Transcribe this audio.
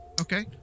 Okay